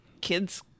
kids